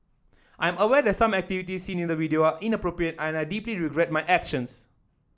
I'm aware that some activities seen in the video inappropriate and I deeply regret my actions